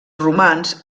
romans